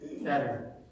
better